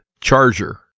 charger